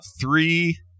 three